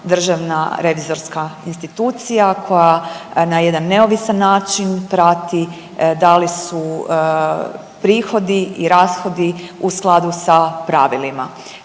državna revizorska institucija koja na jedan neovisan način prati da li su prihodi i rashodi u skladu sa pravilima.